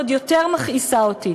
שעוד יותר מכעיסה אותי,